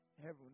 heaven